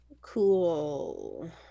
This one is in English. Cool